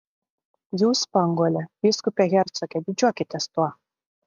jūs spanguolė vyskupe hercoge didžiuokitės tuo